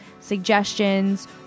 suggestions